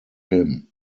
him